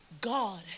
God